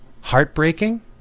heartbreaking